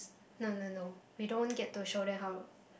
no no no we don't get to show them how